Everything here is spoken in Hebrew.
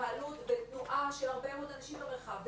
התקהלות בתנועה של הרבה מאוד אנשים במרחב,